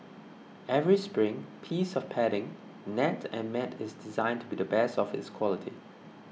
every spring piece of padding net and mat is designed to be the best of its quality